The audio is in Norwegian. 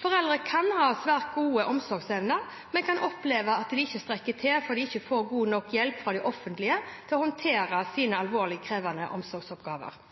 Foreldre kan ha svært gode omsorgsevner, men oppleve at de ikke strekker til fordi de ikke får god nok hjelp fra det offentlige til å håndtere sine særlig krevende omsorgsoppgaver.